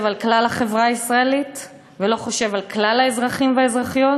על כלל החברה הישראלית ולא חושב על כלל האזרחים והאזרחיות,